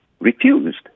refused